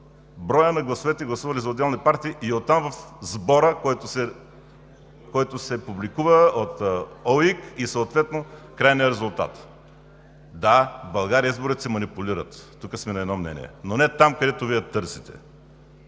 броя на гласовете, гласували за отделни партии и оттам – в сбора, който се публикува от ОИК, и съответно крайният резултат. Да, в България изборите се манипулират – тук сме на едно мнение, но не там, където Вие търсите.